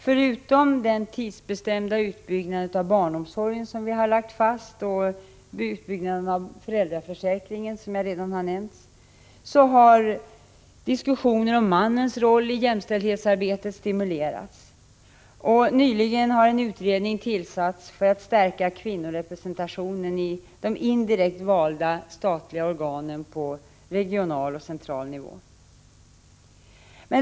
Förutom att den tidsbestämda utbyggnaden av barnomsorgen och utbyggnaden av föräldraförsäkringen har lagts fast har diskussionen om mannens roll i jämställdhetsarbetet stimulerats. Nyligen har en utredning tillsatts för att stärka kvinnorepresentationen i de indirekt valda statliga organen på central och regional nivå.